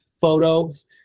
photos